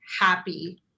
happy